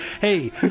Hey